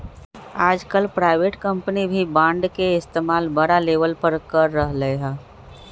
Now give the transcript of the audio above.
आजकल private company भी bond के इस्तेमाल बड़ा लेवल पर कर रहले है